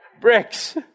bricks